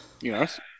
Yes